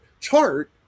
chart